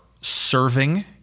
serving